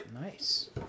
nice